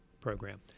Program